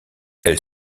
elle